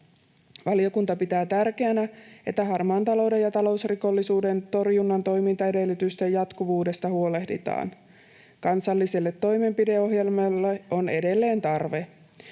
Valiokunta pitää tärkeänä, että harmaan talouden ja talousrikollisuuden torjunnan toimintaedellytysten jatkuvuudesta huolehditaan. Kansalliselle toimenpideohjelmalle on edelleen tarve.